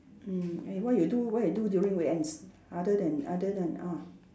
mm eh what you do what you do during weekends other than other than ah